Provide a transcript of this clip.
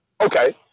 okay